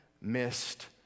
missed